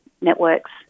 networks